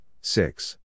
six